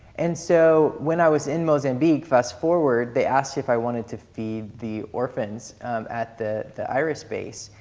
and so, when i was in mozambique, fast forward, they asked me if i wanted to feed the orphans at the the iris base.